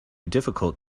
difficult